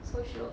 so shiok